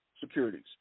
securities